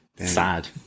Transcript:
sad